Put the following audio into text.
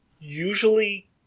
usually